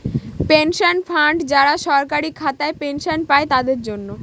pension fund যারা সরকারি খাতায় পেনশন পাই তাদের জন্য